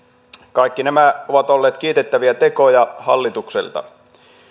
kaikki nämä ovat olleet kiitettäviä tekoja hallitukselta